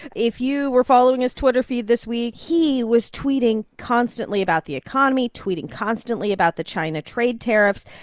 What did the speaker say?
if you were following his twitter feed this week, he was tweeting constantly about the economy, tweeting constantly about the china trade tariffs.